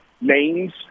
names